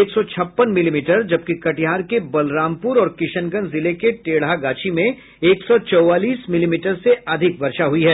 एक सौ छप्पन मिलीमीटर जबकि कटिहार के बलरामपुर और किशनगंज जिले के टेढ़ागाछी में एक सौ चौवालीस मिलीमीटर से अधिक वर्षा हुई है